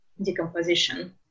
Decomposition